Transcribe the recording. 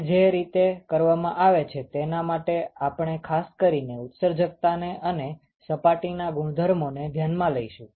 તે જે રીતે કરવામાં આવે છે તેના માટે આપણે ખાસ કરીને ઉત્સર્જકતાને અને સપાટીના ગુણધર્મોને ધ્યાનમાં લઈશું